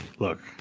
Look